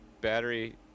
battery